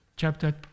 chapter